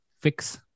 Fix